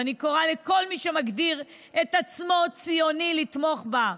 ואני קוראת לכל מי שמגדיר עצמו ציוני לתמוך בה.